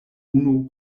unu